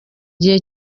gihe